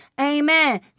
Amen